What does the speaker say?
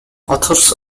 authors